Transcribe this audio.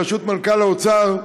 בראשות מנכ"ל האוצר,